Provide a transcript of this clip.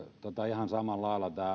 ihan samalla lailla